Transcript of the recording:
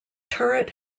turret